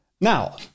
now